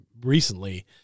recently